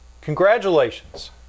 Congratulations